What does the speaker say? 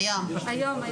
הישיבה הזו